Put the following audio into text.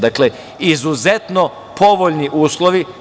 Dakle, izuzetno povoljni uslovi.